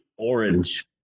orange